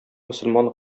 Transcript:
мөселман